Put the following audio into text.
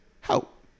help